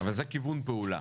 אבל זה כיוון פעולה.